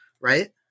right